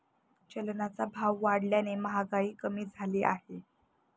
चलनाचा भाव वाढल्याने महागाई कमी झाली आहे